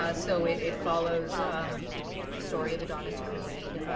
ah so it it follows the story of adonis creed,